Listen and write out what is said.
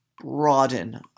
broaden